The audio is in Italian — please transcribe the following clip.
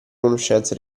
conoscenze